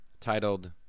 titled